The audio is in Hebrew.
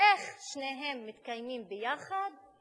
איך שניהם מתקיימים ביחד,